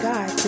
God